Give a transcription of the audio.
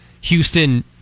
Houston